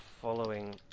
following